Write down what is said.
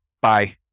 Bye